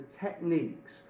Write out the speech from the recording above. techniques